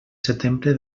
setembre